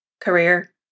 career